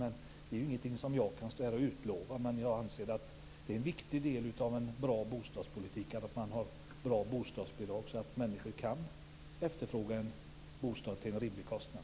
Det är ingenting som jag kan stå här och utlova, men jag anser att bra bostadsbidrag är en viktig del av en bra bostadspolitik, så att människor kan efterfråga en bostad till en rimlig kostnad.